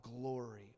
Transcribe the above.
glory